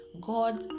God